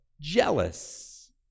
jealous